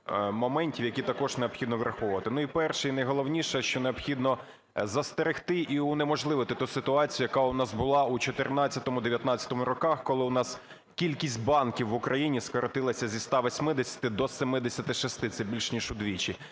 моментів, які також необхідно враховувати. Ну, перший, найголовніше, що необхідно застерегти і унеможливити ту ситуацію, яка у нас була в 14-му, 19-му роках, коли у нас кількість банків в Україні скоротилася зі 180 до 76, це більш ніж удвічі.